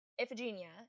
Iphigenia